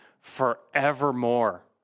forevermore